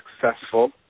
successful